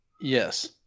Yes